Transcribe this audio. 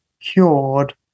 cured